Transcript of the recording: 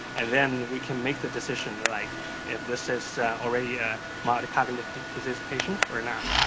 and then we can make the decision. like if this is already a mild cognitive diseased patient or not.